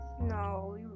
No